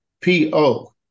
P-O